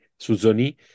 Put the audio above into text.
Suzoni